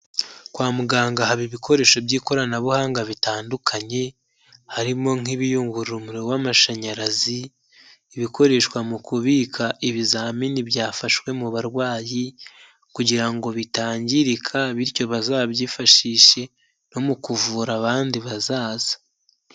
Kwa muganga haba ibikoresho by'ikoranabuhanga bitandukanye, harimo nk'ibiyunguru umuriro w'amashanyarazi, ibikoreshwa mu kubika ibizamini byafashwe mu barwayi, kugira ngo bitangirika bityo bazabyifashishe no mu kuvura abandi bazaza.